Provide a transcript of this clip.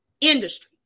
industry